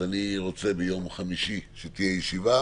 אז אני רוצה ביום חמישי שתהיה ישיבה,